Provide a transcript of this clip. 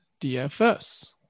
DFS